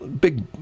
big